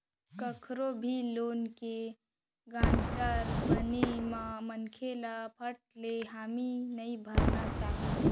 कखरो भी लोन के गारंटर बने बर मनसे ल फट ले हामी नइ भरना चाही